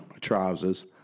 trousers